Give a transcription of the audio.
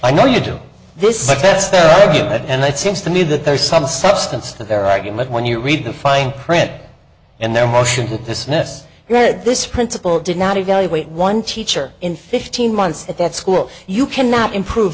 i know you do this affects their argument and it seems to me that there is some substance to their argument when you read the fine print and their motion to dismiss this principle did not evaluate one teacher in fifteen months at that school you cannot improve